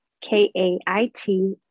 K-A-I-T